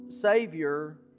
savior